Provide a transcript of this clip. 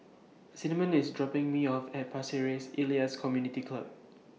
Cinnamon IS dropping Me off At Pasir Ris Elias Community Club